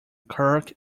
kirk